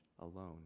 alone